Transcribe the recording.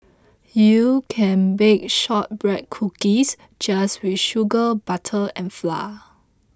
you can bake Shortbread Cookies just with sugar butter and flour